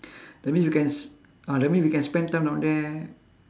that means we can s~ ah that mean we can spend time down there